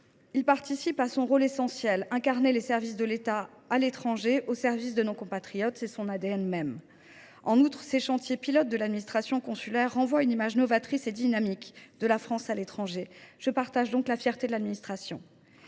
ci participe à son rôle essentiel : incarner les services de l’État à l’étranger qui œuvrent au quotidien pour nos compatriotes – c’est son ADN même. En outre, ces chantiers pilotes de l’administration consulaire renvoient une image novatrice et dynamique de la France à l’étranger. Je partage donc la fierté de l’administration.